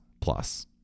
plus